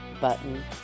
button